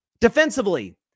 Defensively